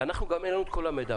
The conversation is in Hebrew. וגם אין לנו את כל המידע.